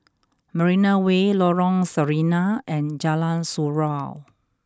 Marina Way Lorong Sarina and Jalan Surau